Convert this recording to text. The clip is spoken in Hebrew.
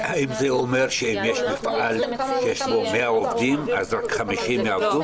יש לו 100 עובדים, רק 50 יעבדו?